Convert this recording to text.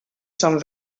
són